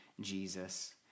Jesus